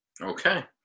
Okay